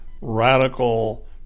radical